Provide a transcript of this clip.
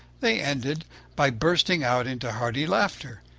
they ended by bursting out into hearty laughter.